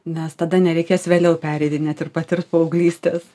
nes tada nereikės vėliau pereidinėt ir patirt paauglystės